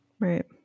Right